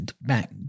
back